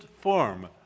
form